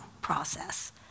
process